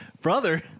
brother